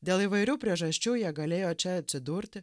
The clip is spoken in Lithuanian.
dėl įvairių priežasčių jie galėjo čia atsidurti